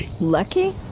lucky